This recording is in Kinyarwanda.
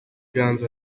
ganza